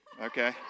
okay